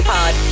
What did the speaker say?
Pod